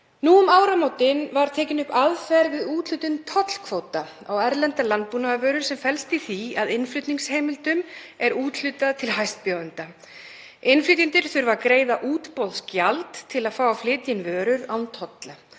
Nú um áramótin var tekin upp aðferð við úthlutun tollkvóta á erlendar landbúnaðarvörur sem felst í því að innflutningsheimildum er úthlutað til hæstbjóðanda. Innflytjendur þurfa að greiða útboðsgjald til að fá að flytja inn vörur án tolla.